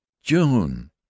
june